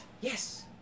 Yes